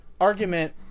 argument